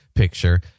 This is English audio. picture